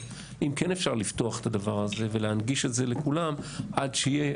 אבל אם כן אפשר לפתוח את הדבר הזה ולהנגיש את זה לכולם עד שיהיה,